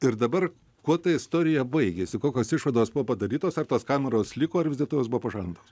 ir dabar kuo ta istorija baigėsi kokios išvados buvo padarytos ar tos kameros liko ar vis dėlto jos buvo pašalintos